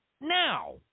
now